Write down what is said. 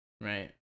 right